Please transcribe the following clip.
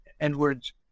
Edwards